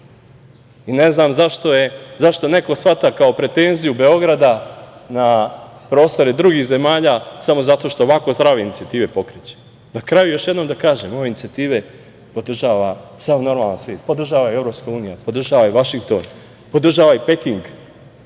Ne znam zašto neko shvata kao pretenziju Beograda na prostore drugih zemalja samo zato što ovako zdrave inicijative pokreće. Na kraju, još jednom da kažem, ove inicijative podržava sav normalan svet, podržava i EU, podržava i Vašington, podržava i Peking,